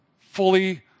fully